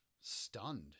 stunned